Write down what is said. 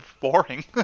boring